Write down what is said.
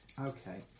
Okay